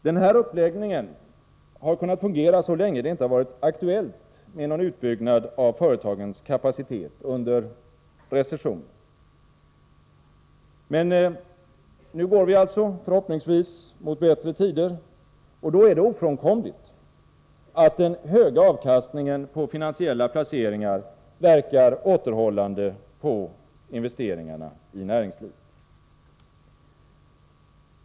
Denna uppläggning har kunnat fungera så länge det under recessionen inte har varit aktuellt med någon utbyggnad av företagens kapacitet, men nu går vi förhoppningsvis mot bättre tider, och då är det ofrånkomligt att den höga avkastningen på finansiella placeringar verkar återhållande på investeringarna i näringslivet.